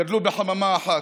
גדלו בחממה אחת.